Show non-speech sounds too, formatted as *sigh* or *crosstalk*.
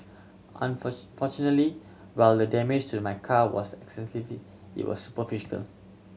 *unintelligible* fortunately while the damage to my car was extensively it was superficial